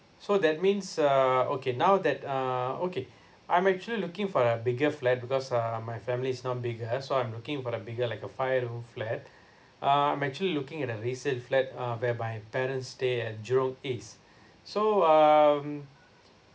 so that means uh okay now that uh okay I'm actually looking for a bigger flat because uh my family is now bigger so I'm looking for the bigger like a five room flat uh I'm actually looking at the resale flat uh where my parents stay at jurong east so um